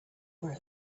were